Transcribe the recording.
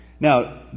Now